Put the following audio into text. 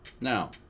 Now